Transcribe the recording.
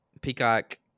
Peacock